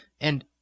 and—